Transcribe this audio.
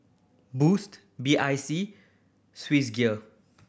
Boost B I C Swissgear